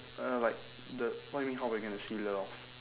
uh like the what do you mean how we're going to seal it off